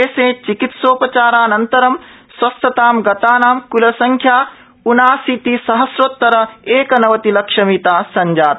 देशे चिकित्सो चारानन्तरं स्वस्थतां गतानां कलसंख्या ऊनाशीति सहस्रोत्तर एकनवतिलक्ष मिता संजाता